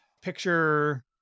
picture